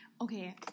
Okay